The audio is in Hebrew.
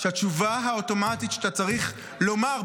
התשובה האוטומטית שאתה צריך לומר,